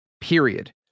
period